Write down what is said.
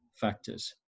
factors